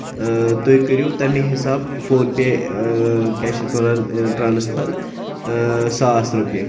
تُہۍ کٔرو تَمہِ حِسابہٕ فون پَے کیاہ چھِ یَتھ وَنان ٹرانَسفر ساس رۄپیہِ